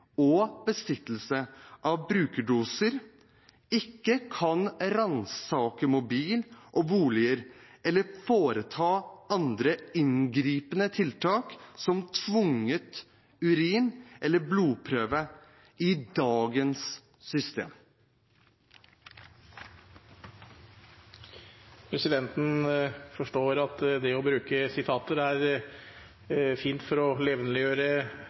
og besittelse av brukerdoser ikke kan ransake mobil og boliger eller foreta andre inngripende tiltak, som tvungen urin- eller blodprøve, i dagens system? Presidenten forstår at det å bruke sitater er fint for å